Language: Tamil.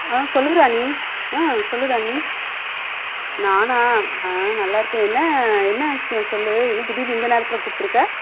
ஆ சொல்லு ராணி ஆ சொல்லு ராணி நானா ஆ நல்லா இருக்கேன் என்ன என்ன விஷயம் சொல்லு என்ன திடீர்னு இந்த நேரத்தில் கூப்பிட்டுருக்க